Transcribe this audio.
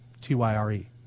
T-Y-R-E